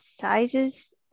sizes